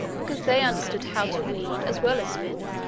because they understood how to weave, as well as spin.